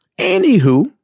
anywho